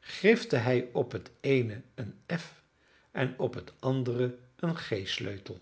grifte hij op het eene een fen op het andere een g sleutel